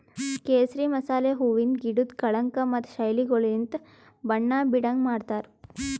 ಕೇಸರಿ ಮಸಾಲೆ ಹೂವಿಂದ್ ಗಿಡುದ್ ಕಳಂಕ ಮತ್ತ ಶೈಲಿಗೊಳಲಿಂತ್ ಬಣ್ಣ ಬೀಡಂಗ್ ಮಾಡ್ತಾರ್